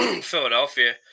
Philadelphia